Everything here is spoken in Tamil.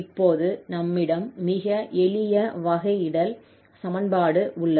இப்போது நம்மிடம் மிக எளிய வகையிடல் சமன்பாடு உள்ளது